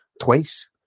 twice